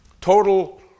Total